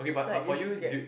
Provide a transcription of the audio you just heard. so I just Grab